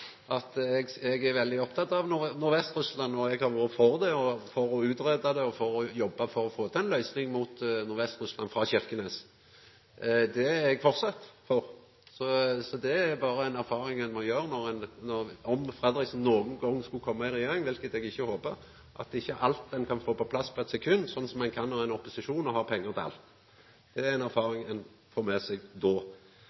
eg er veldig oppteken av Nordvest-Russland. Eg har vore for å utgreia det og har jobba for å få til ei løysing mot Nordvest-Russland frå Kirkenes. Det er eg framleis for. Så det er berre ei erfaring ein må gjera – om Fredriksen nokon gong skulle koma i regjering, noko eg ikkje håpar – at det er ikkje alt ein kan få på plass på eit sekund, sånn som ein kan når ein er i opposisjon og har pengar til alt. Det er ei erfaring ein